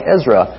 Ezra